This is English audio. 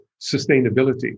sustainability